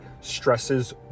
stresses